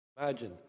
Imagine